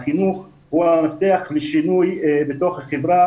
החינוך הוא המפתח לשינוי בתוך החברה